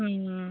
ହୁଁ